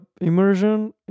immersion